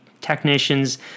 technicians